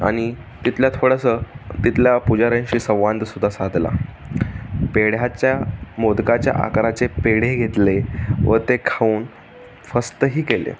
आणि तिथल्या थोडंसं तिथल्या पुजाऱ्यांशी संवाद सुद्धा साधला पेढ्याच्या मोदकाच्या आकाराचे पेढे घेतले व ते खाऊन फस्तही केले